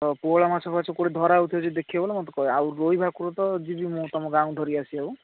ତ ପୋହଳା ମାଛଫାଛ କେଉଁଠି ଧରା ହଉଥିବ ଯେଦି ଦେଖିବ ବୋଲେ ମୋତେ କହିବ ଆଉ ରୋହି ଭାକୁର ତ ଯିବି ମୁଁ ତୁମ ଗାଁକୁ ଧରି ଆସିବାକୁ